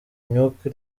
imyuka